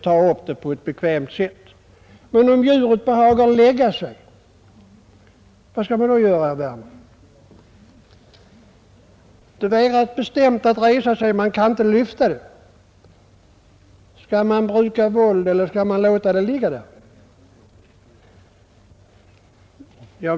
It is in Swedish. Men hur skall man bete sig om djuret behagar lägga sig, herr Werner? Om det vägrar att resa sig — man kan ju inte lyfta det — skall man då bruka våld eller låta det ligga där?